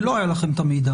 ולא היה לכם את המידע.